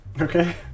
okay